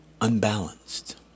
unbalanced